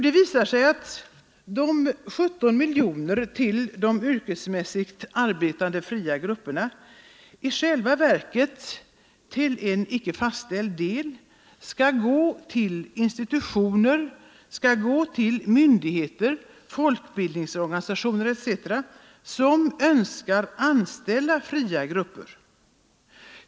Det visar sig att de 17 miljoner kronorna till de yrkesmässigt arbetande fria grupperna i själva verket till en icke fastställd del skall gå till institutioner, myndigheter, folkbildningsorganisationer etc., som önskar anställa fria grupper.